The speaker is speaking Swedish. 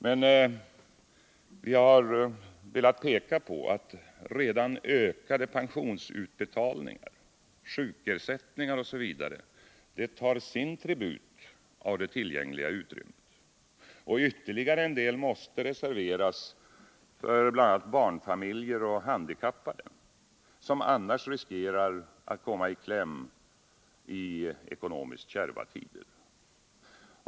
Men vi har velat peka på att redan ökade pensionsutbetalningar, sjukersättningar m.m. tar sin tribut av det tillgängliga utrymmet. Ytterligare en del måste reserveras för bl.a. barnfamiljer och handikappade, som annars riskerar att komma i kläm i ekonomiskt kärva tider.